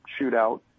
shootout